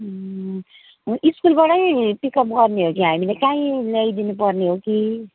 स्कुलबाटै पिकअप गर्ने हो कि हामीले काहीँ ल्याई दिनुपर्ने हो कि